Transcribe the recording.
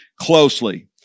closely